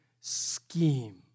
scheme